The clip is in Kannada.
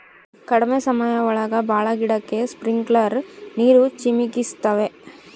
ಕಡ್ಮೆ ಸಮಯ ಒಳಗ ಭಾಳ ಗಿಡಕ್ಕೆ ಸ್ಪ್ರಿಂಕ್ಲರ್ ನೀರ್ ಚಿಮುಕಿಸ್ತವೆ